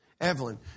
Evelyn